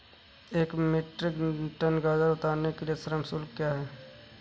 एक metric ton गाजर उतारने के लिए श्रम शुल्क क्या है?